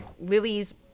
Lily's